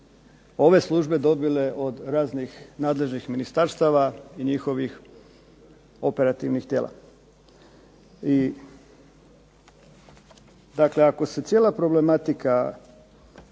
ove službe dobile od raznih nadležnih ministarstava i njihovih operativnih tijela. I dakle, ako se cijela problematika